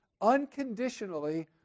unconditionally